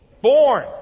Born